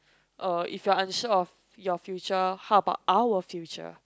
uh if you are unsure of your future how about our future